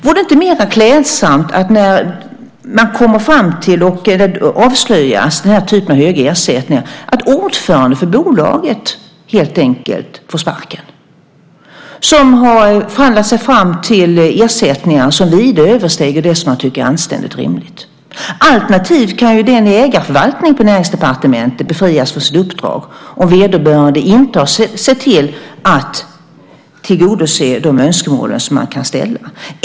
Vore det inte mera klädsamt när den här typen av höga ersättningar kommer fram och avslöjas att ordföranden för bolaget, som ju förhandlat fram ersättningar som vida överstiger det som man tycker är anständigt och rimligt, får sparken? Alternativt kan ägarförvaltningen på Näringsdepartementet befrias från sitt uppdrag om den inte tillgodosett de önskemål som kan ställas.